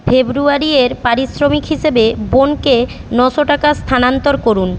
ফেব্রুয়ারিয়ের পারিশ্রমিক হিসেবে বোনকে নশো টাকা স্থানান্তর করুন